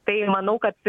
tai manau kad